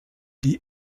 die